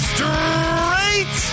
Straight